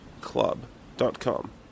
club.com